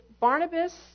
Barnabas